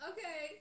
Okay